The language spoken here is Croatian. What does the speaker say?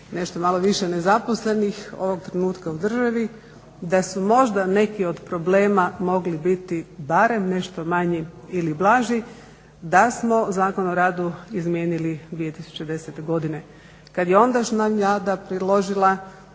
nešto malo više nezaposlenih, ovog trenutka u državi, da su možda neki od problema mogli biti barem nešto manji ili blaži da smo Zakon o radu izmijenili 2010. godine kada je ondašnja Vlada …/Govornik